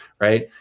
right